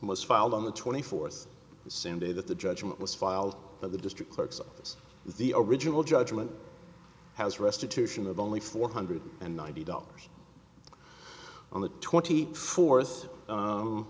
most filed on the twenty fourth the same day that the judgment was filed that the district clerk's office the original judgment has restitution of only four hundred and ninety dollars on the twenty fourth